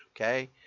Okay